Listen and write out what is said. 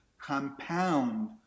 compound